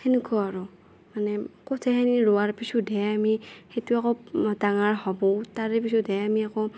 সেনেকুৱা আৰু মানে কঠীয়াখিনি ৰোৱাৰ পিছতহে আমি সেইটো আকৌ ডাঙৰ হ'ব তাৰে পিছতহে আমি আকৌ